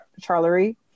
Charlery